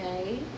Okay